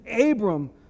Abram